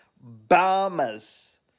Bombers